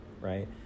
right